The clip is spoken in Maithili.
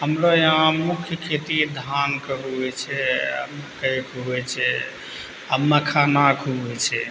हमरो यहाँ मुख्य खेती धानके हुए छै मक्कइके हुए छै आ मखानाके हुए छै